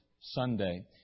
Sunday